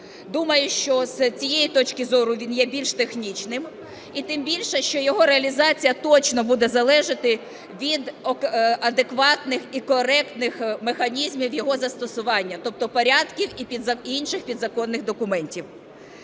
Думаю, що з цієї точки зору він є більш технічним і, тим більше, що його реалізація точно буде залежати від адекватних і коректних механізмів його застосування, тобто порядків і інших підзаконних документів.